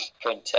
printer